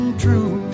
true